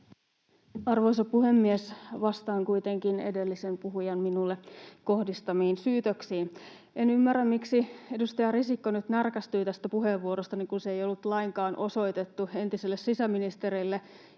Arvoisa puhemies! Vastaan kuitenkin edellisen puhujan minulle kohdistamiin syytöksiin. En ymmärrä, miksi edustaja Risikko nyt närkästyi tästä puheenvuorostani, kun se ei ollut lainkaan osoitettu entiselle sisäministerille